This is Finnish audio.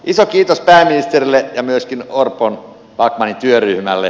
iso kiitos pääministerille ja myöskin orponbackmanin työryhmälle